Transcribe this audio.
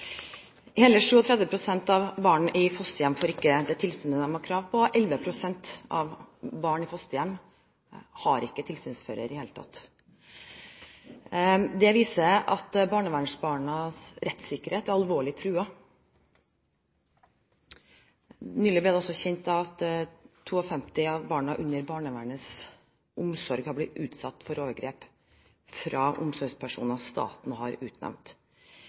Hele 37 pst. av barn i fosterhjem får ikke det tilsynet de har krav på, 11 pst. av barn i fosterhjem har ikke tilsynsfører i det hele tatt. Det viser at barnevernsbarnas rettssikkerhet er alvorlig truet. Nylig ble det også kjent at 52 av barna under barnevernets omsorg har blitt utsatt for overgrep fra omsorgspersoner som staten har